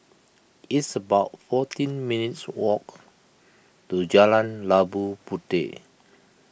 it's about fourteen minutes' walk to Jalan Labu Puteh